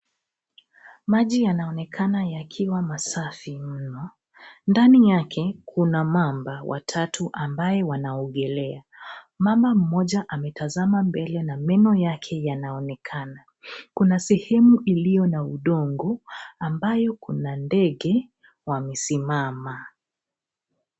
Maji yanaonekana yakiwa masafi mno. Ndani yake kuna mamba watatu ambaye wanaogelea. Mama mmoja ametazama mbele na meno yake yanaonekana. Kuna sehemu iliyo na udongo, ambayo kuna ndege wamesimama.